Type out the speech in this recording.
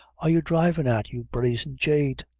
are you drivin' at, you brazen jade?